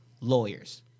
lawyers